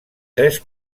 tres